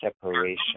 separation